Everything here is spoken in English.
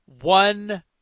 one